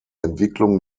entwicklung